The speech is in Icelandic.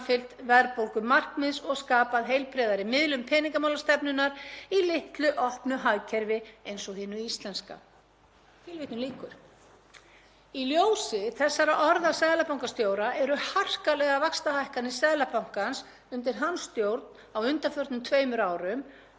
Í ljósi þessara orða seðlabankastjóra eru harkalegar vaxtahækkanir Seðlabankans undir hans stjórn á undanförnum mánuðum ákaflega sérstakar, svo að ekki sé fastar að orði kveðið. Verðtryggð lán hafa gríðarlega neikvæð áhrif á hagkerfið allt.